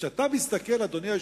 כשאתה מסתכל, אדוני היושב-ראש,